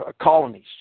colonies